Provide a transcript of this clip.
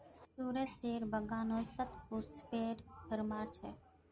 सुरेशेर बागानत शतपुष्पेर भरमार छ